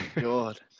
god